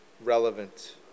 relevant